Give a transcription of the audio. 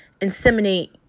inseminate